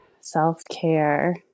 self-care